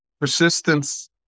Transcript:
Persistence